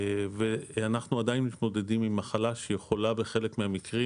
ואנחנו עדיין מתמודדים עם מחלה שיכולה בחלק מהמקרים,